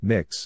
Mix